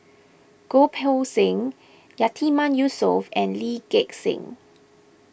Goh Poh Seng Yatiman Yusof and Lee Gek Seng